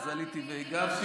אז עליתי והגבתי.